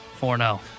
4-0